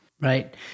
Right